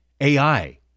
AI